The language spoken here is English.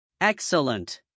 Excellent